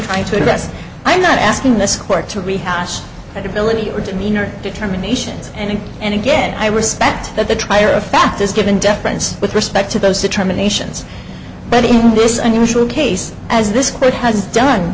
trying to address i'm not asking this court to rehash that ability or demeanor determinations and and again i respect that the trier of fact is given deference with respect to those determinations but in this unusual case as this court has done